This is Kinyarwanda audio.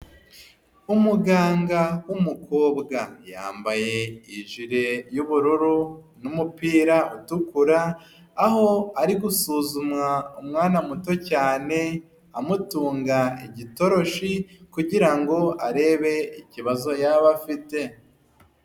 Umuganga w'umukobwa yambaye ijire y'ubururu n'umupira utukura, aho ari gusuzuma umwana muto cyane amutunga igitoroshi kugirango arebe ikibazo yaba afite.